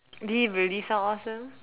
did it really sound awesome